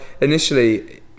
initially